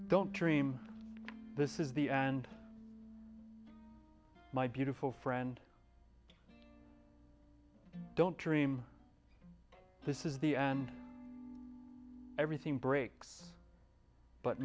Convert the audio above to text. don't dream this is the and my beautiful friend don't dream this is the and everything breaks but